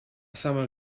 самое